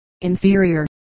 inferior